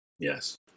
Yes